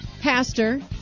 Pastor